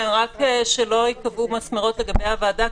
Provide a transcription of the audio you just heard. רק שלא ייקבעו מסמרות לגבי הוועדה,